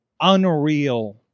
unreal